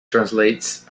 translates